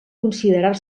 considerar